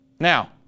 Now